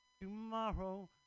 tomorrow